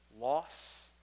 loss